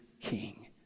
King